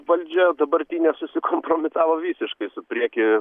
valdžia dabartinė susikompromitavo visiškai su prieky